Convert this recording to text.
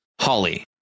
Holly